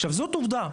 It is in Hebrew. עכשיו זאת עובדה.